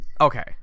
okay